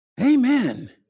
Amen